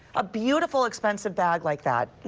a beautiful expensive bag like that.